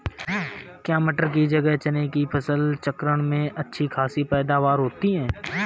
क्या मटर की जगह चने की फसल चक्रण में अच्छी खासी पैदावार होती है?